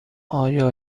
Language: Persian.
آیا